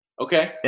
Okay